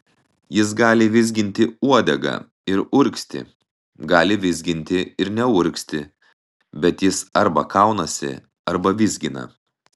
jis gali vizginti uodegą ir urgzti gali vizginti ir neurgzti bet jis arba kaunasi arba vizgina